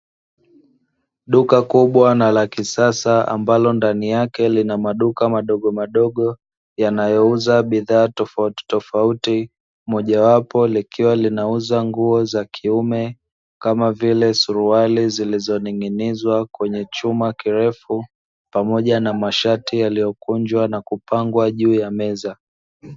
Duka kubwa na la kisasa ambalo ndani yake linamaduka madogo madogo yanayo uza bidhaa tofauti tofauti, moja wapo likiwa linauza nguo za kiume kama vile suruali zilizoning'inizwa kwenye chuma kirefu pamoja na mashati yaliyokunjwa na kupangwa juu ya meza.